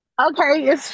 Okay